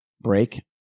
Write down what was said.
break